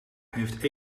heeft